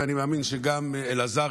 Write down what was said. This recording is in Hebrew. ואני מאמין שגם אלעזר,